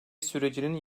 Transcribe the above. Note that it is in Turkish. sürecinin